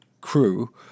crew